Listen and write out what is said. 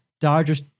Dodgers